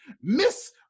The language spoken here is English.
Miss